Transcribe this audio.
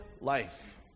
life